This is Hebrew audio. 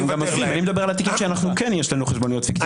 אני מדבר על התיקים שכן יש לנו חשבוניות פיקטיביות,